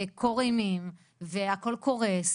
קור איימים והכל קורס,